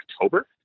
october